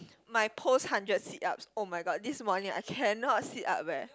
my post hundred sit ups oh-my-god this morning I cannot sit up eh